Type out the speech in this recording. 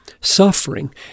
suffering